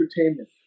entertainment